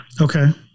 Okay